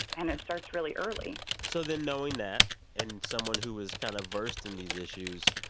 and it starts really early so then knowing that and someone who is kind of versed in these issues,